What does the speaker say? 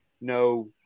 no